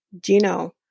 Gino